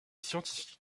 scientifiques